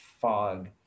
fog